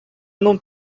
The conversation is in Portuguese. não